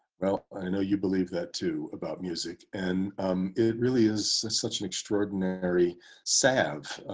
well, i know you believe that too about music, and it really is such an extraordinary sav,